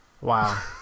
Wow